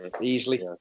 easily